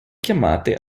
chiamate